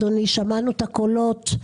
אדוני, שמענו את הקולות.